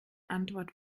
antwort